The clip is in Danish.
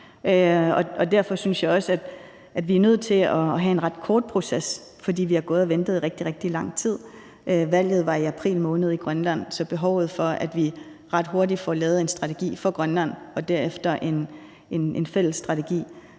derfor synes jeg også, at vi er nødt til at have en ret kort proces, fordi vi har gået og ventet rigtig, rigtig lang tid. Valget i Grønland var i april måned, så der er behov for, at vi ret hurtigt får lavet en strategi for Grønland og derefter en fælles strategi,